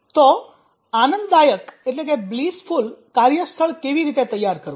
તો આનંદદાયક કાર્યસ્થળ કેવી રીતે તૈયાર કરવું